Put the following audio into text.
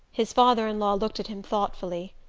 his father-in-law looked at him thoughtfully.